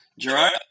Gerard